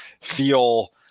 feel